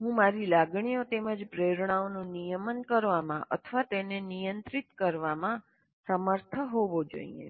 હું મારી લાગણીઓ તેમજ પ્રેરણાઓનું નિયમન કરવામાં અથવા તેને નિયંત્રિત કરવામાં સમર્થ હોવો જોઈએ